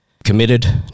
Committed